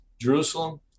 Jerusalem